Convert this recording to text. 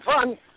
fun